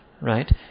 right